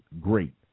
Great